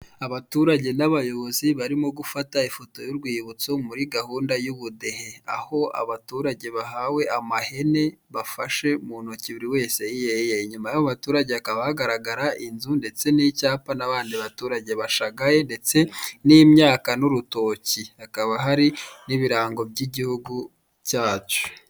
Abaturage n'abahobozi barimo gufata ifoto y'urwibutso muri gahunda y'ubudehe, aho abaturage bahawe amahene bafashe mu ntoki buri wese iye iye. Inyuma y'abo baturage hakaba hagaragara inzu ndetse n'icyapa n'abandi baturage bashagaye ndetse n'imyaka n'urutoki, hakaba hari n'ibirango by'igihugu cyacu.